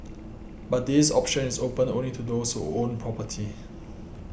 but this option is open only to those who own property